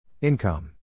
Income